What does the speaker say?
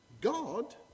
God